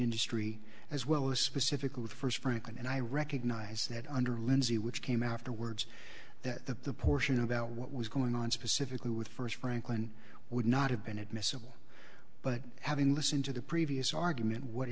industry as well as specifically the first franklin and i recognize that under lindsay which came afterwards that the portion about what was going on specifically with first franklin would not have been admissible but having listened to the previous argument what